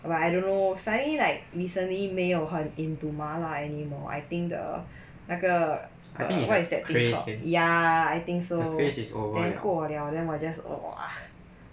but I don't know suddenly like recently 没有很 into mala anymore I think the 那个 err what is that phase called ya I think so then 过了 then 我